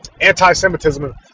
anti-Semitism